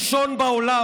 ראשונה בעולם,